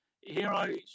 heroes